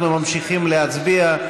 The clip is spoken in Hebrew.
אנחנו ממשיכים להצביע,